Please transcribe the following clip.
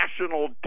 national